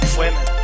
women